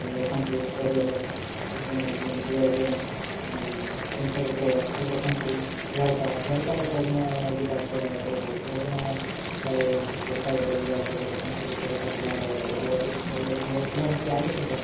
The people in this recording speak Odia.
ରଖନ୍ତି କ୍ୟାରିଅରରେ ବ୍ୟାଗ୍ ଜିନିଷପତ୍ର ସବୁ ରଖନ୍ତି ଝରକା ଝରକାର ରେ ପବନ ଯିବା ଆସିବା କରାଇଥାଏ ପବନ ପ୍ରାୟ ଝରକା ବାଟେ ଯିବା ଆସିବା କରେ ତେଣୁକରି ଝରକା ଖୋଲାରେ ଅଧା ଖୋଲା ରଖିବା ଆବଶ୍ୟକ